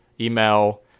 email